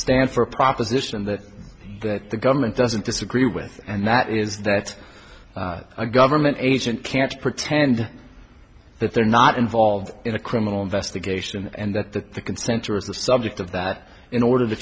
stand for a proposition that the government doesn't disagree with and that is that a government agent can't pretend that they're not involved in a criminal investigation and that the consent to is the subject of that in order to